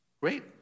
Great